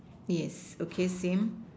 yes okay same